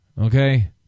Okay